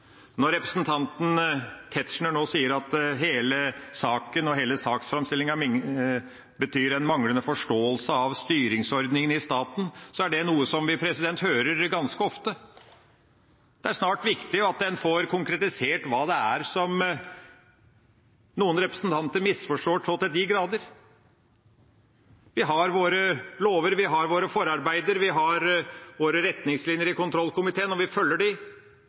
Når representanten Tetzschner nå sier at hele saken og hele saksframstillinga betyr en manglende forståelse av styringsordningene i staten, er dette noe vi hører ganske ofte. Det viktig at en snart får konkretisert hva det er noen representanter misforstår så til de grader. Vi har våre lover, vi har våre forarbeider, og vi har våre retningslinjer i kontrollkomiteen – og vi følger